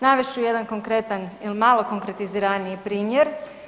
Navest ću jedan konkretan il malo konkretiziraniji primjer.